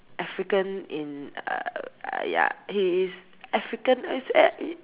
African in err ya he is African is uh